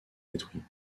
détruits